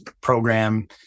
program